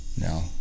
No